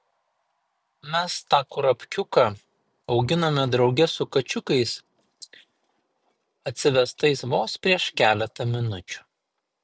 mes tą kurapkiuką auginome drauge su kačiukais atsivestais vos prieš keletą minučių